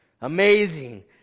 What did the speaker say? amazing